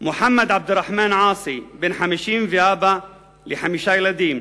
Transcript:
מוחמד עבד רחמאן עאסי, בן 50 ואבא לחמישה ילדים,